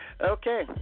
Okay